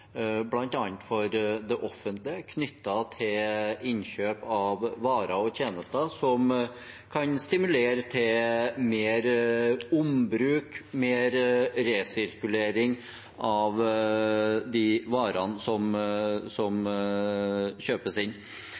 for det offentlige, knyttet til innkjøp av varer og tjenester som kan stimulere til mer ombruk, mer resirkulering, av de varene som kjøpes inn.